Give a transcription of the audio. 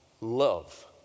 love